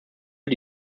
für